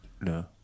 No